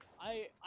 I-